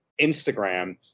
Instagram